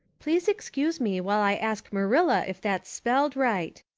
please excuse me while i ask marilla if thats spelled rite.